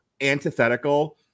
antithetical